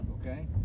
Okay